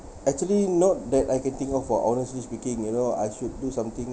actually not that I can think of for honestly speaking you know I should do something